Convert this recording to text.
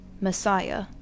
Messiah